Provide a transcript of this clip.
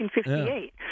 1958